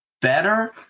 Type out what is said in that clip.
better